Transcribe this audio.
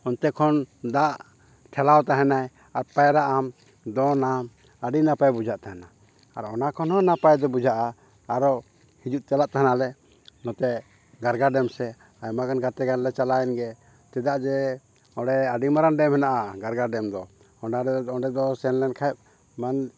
ᱚᱱᱛᱮ ᱠᱷᱚᱱ ᱫᱟᱜ ᱴᱷᱮᱞᱟᱣ ᱛᱟᱦᱮᱱᱟᱭ ᱟᱨ ᱯᱟᱭᱨᱟᱜ ᱟᱢ ᱫᱚᱱᱟᱢ ᱟᱹᱰᱤ ᱱᱟᱯᱟᱭ ᱵᱩᱡᱷᱟᱹᱜ ᱛᱟᱦᱮᱱᱟ ᱟᱨ ᱚᱱᱟ ᱠᱷᱚᱱᱦᱚᱸ ᱱᱟᱯᱟᱭ ᱫᱚ ᱵᱩᱡᱷᱟᱹᱜᱼᱟ ᱟᱨᱚ ᱦᱤᱡᱩᱜ ᱪᱟᱞᱟᱜ ᱛᱟᱦᱮᱱᱟᱞᱮ ᱱᱚᱛᱮ ᱜᱟᱲᱜᱟ ᱰᱮᱢ ᱥᱮ ᱟᱭᱢᱟᱜᱟᱱ ᱜᱟᱛᱮ ᱜᱟᱱᱞᱮ ᱪᱟᱞᱟᱣᱮᱱ ᱜᱮ ᱪᱮᱫᱟᱜ ᱡᱮ ᱚᱸᱰᱮ ᱟᱹᱰᱤ ᱢᱟᱨᱟᱝ ᱰᱮᱢ ᱦᱮᱱᱟᱜᱼᱟ ᱜᱟᱲᱜᱟ ᱰᱮᱢ ᱫᱚ ᱚᱸᱰᱮ ᱫᱚ ᱥᱮᱱ ᱞᱮᱱᱠᱷᱟᱡ ᱢᱚᱱ